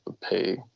pay